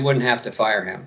wouldn't have to fire him